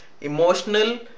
emotional